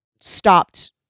stopped